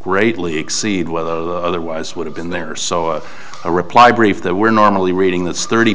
greatly exceed what the other wise would have been there so a reply brief they were normally reading that's thirty